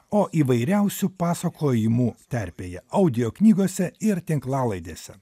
o įvairiausių pasakojimų terpėje audio knygose ir tinklalaidėse